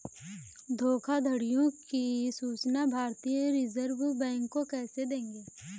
धोखाधड़ियों की सूचना भारतीय रिजर्व बैंक को कैसे देंगे?